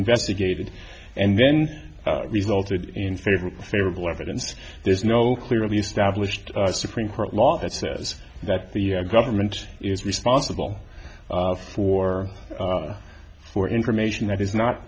investigated and then resulted in favorable favorable evidence there's no clearly established supreme court law that says that the government is responsible for for information that is not